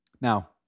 Now